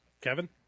Kevin